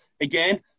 again